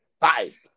five